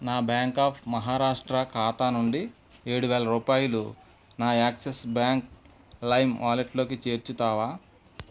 నా bank of Maharashtra ఖాతా నుండి ఏడువేల రూపాయలు నా యాక్సిస్ బ్యాంక్ లైమ్ వాలెట్లోకి చేర్చుతావా